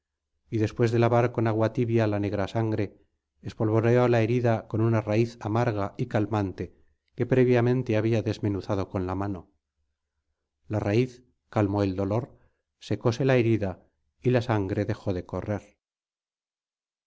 y después de lavar con agua tibia la negra sangre espolvoreó la herida con una raíz amarga y calmante que previamente había desmenuzado con la mano la raíz calmó el dolor secóse la herida y la sangre dejó de correr